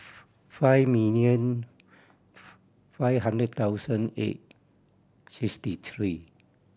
five million five hundred thousand eight sixty three